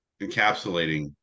encapsulating